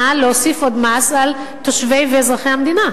להוסיף עוד מס על תושבי ואזרחי המדינה.